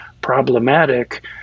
problematic